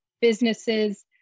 businesses